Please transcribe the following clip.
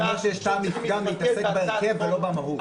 אני אומר שיש טעם לפגם להתעסק בהרכב ולא במהות.